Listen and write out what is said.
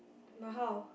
but how